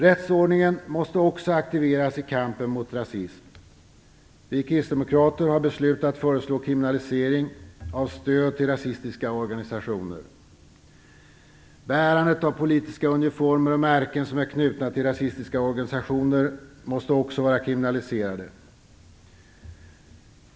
Rättsordningen måste också aktiveras i kampen mot rasism. Vi kristdemokrater har beslutat föreslå kriminalisering av stöd till rasistiska organisationer. Bärandet av politiska uniformer och märken som är knutna till rasistiska organisationer måste också vara kriminaliserat.